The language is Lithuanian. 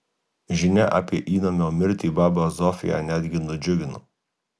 žinia apie įnamio mirtį babą zofiją netgi nudžiugino